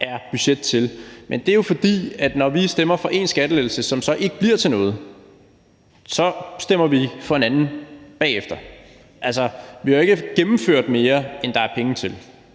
er budget til. Det er jo, fordi at når vi stemmer for én skattelettelse, som så ikke bliver til noget, så stemmer vi for en anden bagefter. Vi har jo ikke gennemført mere, end der er penge til,